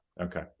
okay